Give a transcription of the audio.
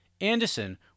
Anderson